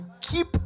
keep